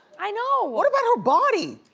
i know! what about her body?